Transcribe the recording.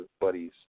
buddies